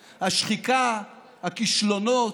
השחיקה, הכישלונות,